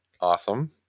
Awesome